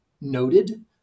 noted